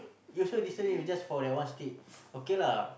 you also disturb me with just for that one's okay okay lah